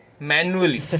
manually